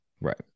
right